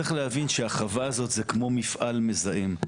צריך להבין שהחווה הזאת היא כמו מפעל מזהם.